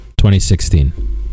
2016